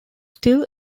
still